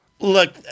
Look